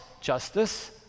justice